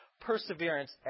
perseverance